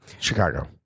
Chicago